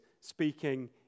speaking